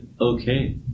okay